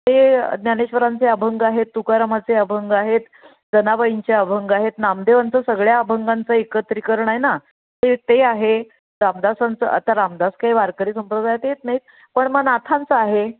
ते ज्ञानेश्वरांचे अभंग आहेत तुकारामाचे अभंग आहेत जनाबाईंचे अभंग आहेत नामदेवांचं सगळ्या अभंगांचं एकत्रीकरण आहे ना ते ते आहे रामदासांचं आता रामदास काही वारकरी संप्रदायात येत नाहीत पण मग नाथांचं आहे